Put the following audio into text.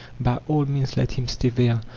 by all means let him stay there.